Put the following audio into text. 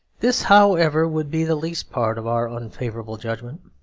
this, however, would be the least part of our unfavourable judgment.